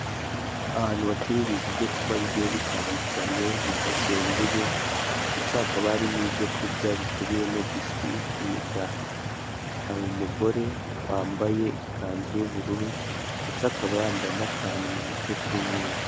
Ahantu bacuriza ibyo kunywa bigiye bitandukanye bidasembuye, ndetse haka hari n'ibyo kurya bikubiyemo bisikwi, imigati. Hari umugore wambaye ikanzu y'ubururu ndetse akaba yamabaye ikanzu y'ubururu ndetse akaba yambaye n'akantu mu mutwe k'umweru.